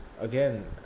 again